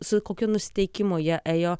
su kokiu nusiteikimu jie ėjo